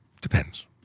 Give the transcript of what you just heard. Depends